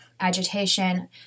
agitation